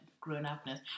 grown-upness